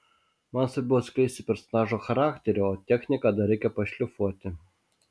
man svarbiau atskleisti personažo charakterį o techniką dar reikia pašlifuoti